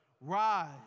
Rise